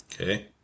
okay